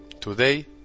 Today